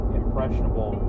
impressionable